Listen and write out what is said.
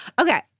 Okay